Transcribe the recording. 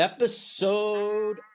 Episode